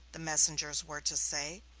the messengers were to say,